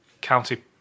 County